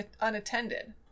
unattended